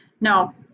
no